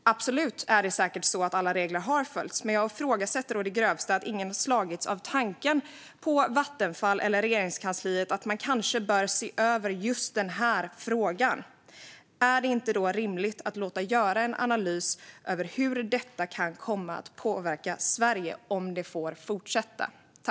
Absolut, alla regler har säkert följts, men jag ifrågasätter å det grövsta att ingen, varken på Vattenfall eller på Regeringskansliet, har slagits av tanken att man kanske bör se över just denna fråga. Är det inte rimligt att låta göra en analys av hur detta kan komma att påverka Sverige om det får fortsätta?